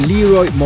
Leroy